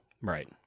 Right